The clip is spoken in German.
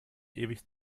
ewig